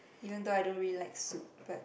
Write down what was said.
even though I don't really like soup but